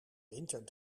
winter